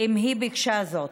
אם היא ביקשה זאת.